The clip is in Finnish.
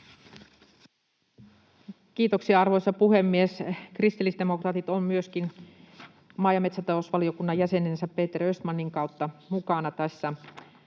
Kiitoksia, arvoisa puhemies! Kristillisdemokraatit on myöskin maa- ja metsätalousvaliokunnan jäsenensä Peter Östmanin kautta mukana tässä